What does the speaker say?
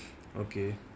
okay